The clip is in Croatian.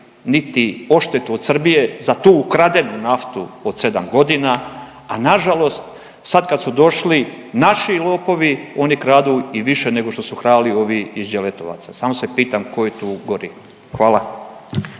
niti odštetu od Srbije za tu ukradenu naftu od sedam godina. A nažalost sad kad su došli naši lopovi oni kradu i više nego što su krali ovi iz Đeletovaca. Samo se pitam ko je tu gori? Hvala.